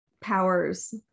powers